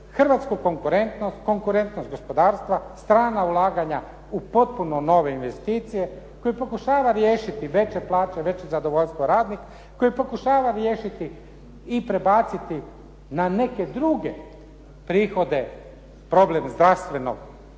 hrvatsku konkurentnost, konkurentnost gospodarstva, strana ulaganja u potpuno nove investicije koje pokušavaju riješiti veće plaće, veće zadovoljstvo radnika koji pokušava riješiti i prebaciti na neke druge prihode, problem zdravstvenog,